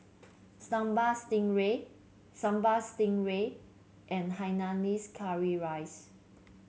Sambal Stingray Sambal Stingray and Hainanese Curry Rice